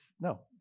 No